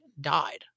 died